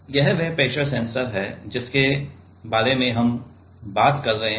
तो यह वह प्रेशर सेंसर है जिसके बारे में हम बात कर रहे हैं